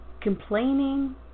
complaining